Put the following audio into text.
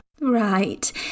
Right